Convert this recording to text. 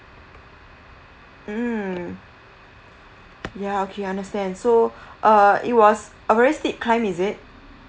mm ya okay understand so err it was a very steep climb is it